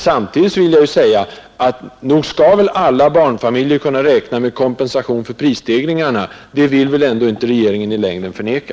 Samtidigt vill jag säga, att nog skall alla barnfamiljer kunna räkna med kompensation för prisstegringarna. Det vill väl regeringen ändå inte i längden förneka.